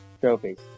trophies